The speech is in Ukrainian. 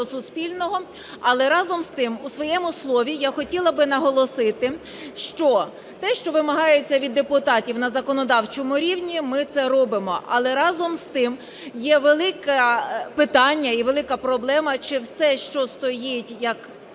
суспільного. Але разом з тим у своєму слові я хотіла би наголосити, що те, що вимагається від депутатів на законодавчому рівні ми це робимо. Але разом з тим є велике питання і велика проблема – чи все, що стоїть як